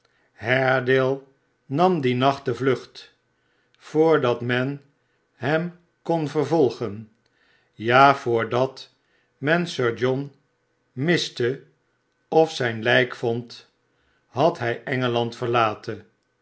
haredale nam dien nacht de vlucht voordat men hem kon vervolgen ja voordat men sir john miste of zijn lijk vond had hij engeland verlaten